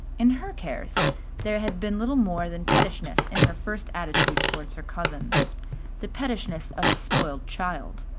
in her case there had been little more than pettishness in her first attitude towards her cousin the pettishness of a spoiled child.